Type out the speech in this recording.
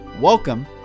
Welcome